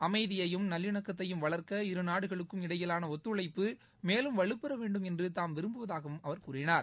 அமைதியையும் நல்லிணக்கத்தையும் வளர்க்க இருநாடுகளுக்கும் இடையிலான ஒத்துழைப்பு மேலும் வலுப்பெற வேண்டும் என்று தாம் விரும்புவதாக அவர் கூறினார்